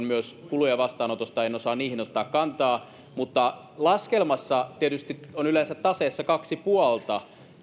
myös kuluja vastaanotosta en osaa niihin ottaa kantaa mutta laskelmassa tietysti on yleensä taseessa kaksi puolta